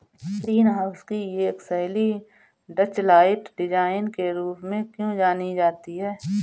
Green house की एक शैली डचलाइट डिजाइन के रूप में क्यों जानी जाती है?